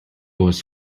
was